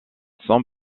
son